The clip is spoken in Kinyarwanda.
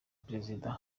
perezida